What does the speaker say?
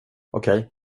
okej